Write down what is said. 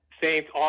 Saints